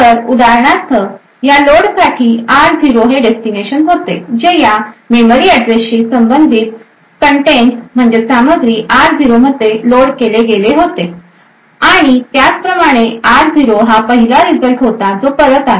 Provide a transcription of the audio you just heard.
तर उदाहरणार्थ या लोडसाठी r0 हे डेस्टिनेशन होते जे या मेमरी अँड्रेसशी संबंधित सामग्री r0 मध्ये लोड केले गेले होते आणि त्याचप्रमाणे r0 हा पहिला रिझल्ट होता जो परत आला